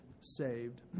saved